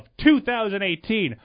2018